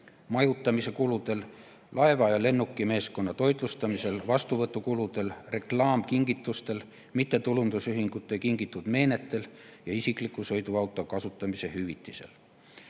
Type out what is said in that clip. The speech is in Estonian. majutamise kulude, laeva‑ ja lennukimeeskonna toitlustamise, vastuvõtukulude, reklaamkingituste, mittetulundusühingute kingitud meenete ja isikliku sõiduauto kasutamise hüvitise